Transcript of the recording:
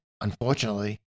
unfortunately